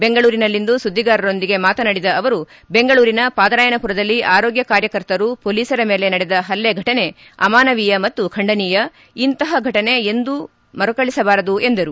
ಬೆಂಗಳೂರಿನಲ್ಲಿಂದು ಸುದ್ದಿಗಾರರೊಂದಿಗೆ ಮಾತನಾಡಿದ ಅವರು ಬೆಂಗಳೂರಿನ ಪಾದರಾಯನಪುರದಲ್ಲಿ ಆರೋಗ್ಯ ಕಾರ್ಯಕರ್ತರು ಪೊಲೀಸರ ಮೇಲೆ ನಡೆದ ಪಲ್ಲೆ ಘಟನೆ ಅಮಾನವೀಯ ಮತ್ತು ಖಂಡನೀಯ ಇಂತಪ ಘಟನೆ ಎಂದೂ ಮರುಕಳುಹಿಸಬಾರದು ಎಂದರು